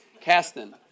Caston